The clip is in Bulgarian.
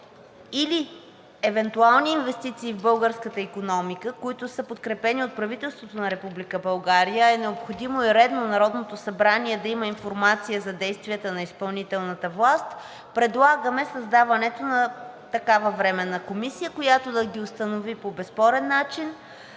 или евентуални инвестиции в българската икономика, които са подкрепени от правителството на Република България, е необходимо и редно Народното събрание да има информация за действията на изпълнителната власт, предлагаме създаването на такава временна комисия, която да установи по безспорен начин